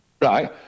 Right